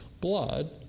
blood